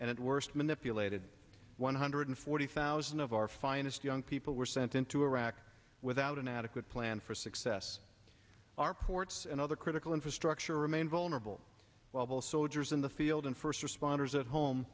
and it worst manipulated one hundred forty thousand of our finest young people were sent into iraq without an adequate plan for success our ports and other critical infrastructure remain vulnerable well the soldiers in the field and first responders at home